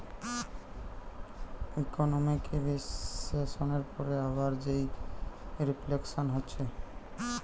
economic রিসেসনের পরে আবার যেই রিফ্লেকশান হতিছে